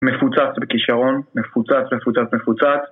מפוצץ בכישרון, מפוצץ, מפוצץ, מפוצץ